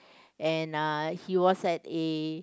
and uh he was at a